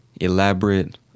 elaborate